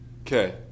Okay